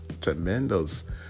tremendous